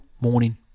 morning